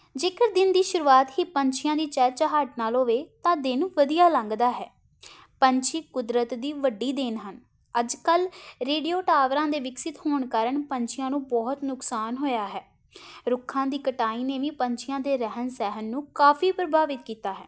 ਜੇਕਰ ਦਿਨ ਦੀ ਸ਼ੁਰੂਆਤ ਹੀ ਪੰਛੀਆਂ ਦੀ ਚਹਿਚਹਾਟ ਨਾਲ ਹੋਵੇ ਤਾਂ ਦਿਨ ਵਧੀਆ ਲੰਘਦਾ ਹੈ ਪੰਛੀ ਕੁਦਰਤ ਦੀ ਵੱਡੀ ਦੇਣ ਹਨ ਅੱਜ ਕੱਲ੍ਹ ਰੇਡੀਓ ਟਾਵਰਾਂ ਦੇ ਵਿਕਸਿਤ ਹੋਣ ਕਾਰਨ ਪੰਛੀਆਂ ਨੂੰ ਬਹੁਤ ਨੁਕਸਾਨ ਹੋਇਆ ਹੈ ਰੁੱਖਾਂ ਦੀ ਕਟਾਈ ਨੇ ਵੀ ਪੰਛੀਆਂ ਦੇ ਰਹਿਣ ਸਹਿਣ ਨੂੰ ਕਾਫੀ ਪ੍ਰਭਾਵਿਤ ਕੀਤਾ ਹੈ